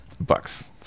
Bucks